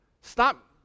Stop